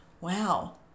wow